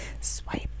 Swipe